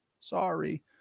Sorry